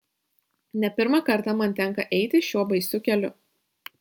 ne pirmą kartą man tenka eiti šiuo baisiu keliu